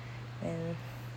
and